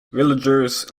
villagers